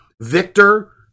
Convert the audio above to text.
Victor